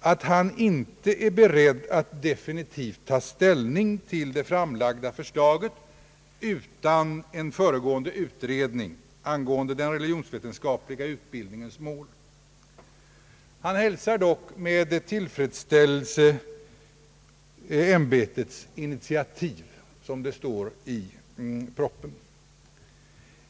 att han ej är beredd att definitivt ta ställning till det framlagda förslaget utan en föregående utredning angående den religionsvetenskapliga utbildningens mål. Han hälsar dock med tillfredsställelse ämbetets initiativ, står det i propositionen.